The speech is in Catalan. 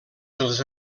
dels